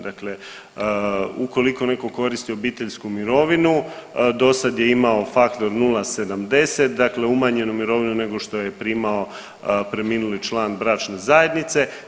Dakle ukoliko netko koristi obiteljsku mirovinu, dosad je imao faktor 0,70, dakle umanjenu mirovinu nešto što je primao preminuli član bračne zajednice.